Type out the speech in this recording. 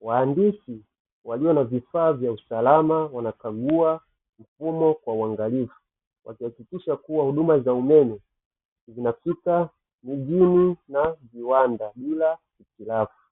Wahandisi walio na vifaa vya usalama wanakagua mfumo kwa uangalifu, wakihakikisha kuwa huduma za umeme zinafika vijijini na viwanda bila hitilafu.